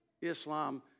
Islam